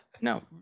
No